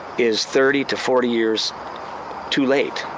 is thirty to forty years too late.